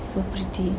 so pretty